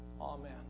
Amen